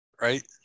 right